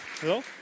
Hello